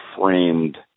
framed